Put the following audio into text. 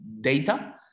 data